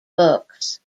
books